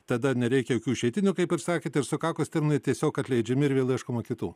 tada nereikia jokių išeitinių kaip ir sakėte ir sukakus terminui tiesiog atleidžiami ir vėl ieškoma kitų